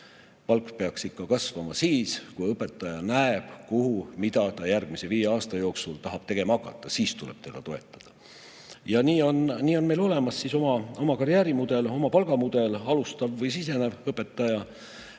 Palk peaks ikka kasvama siis, kui õpetaja näeb, mida ta järgmise viie aasta jooksul tahab tegema hakata. Siis tuleb teda toetada. Ja nii on meil olemas oma karjäärimudel, oma palgamudel. Alustav või sisenev õpetaja